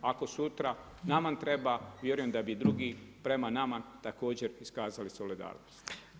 Ako sutra nama treba, vjerujem da bi i drugi prema nama također iskazali solidarnost.